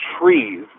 trees